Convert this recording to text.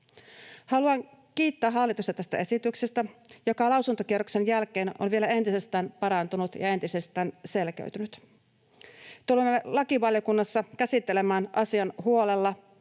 Haluan kiittää hallitusta tästä esityksestä, joka lausuntokierroksen jälkeen on vielä entisestään parantunut ja entisestään selkeytynyt. Tulemme lakivaliokunnassa käsittelemään asian huolella,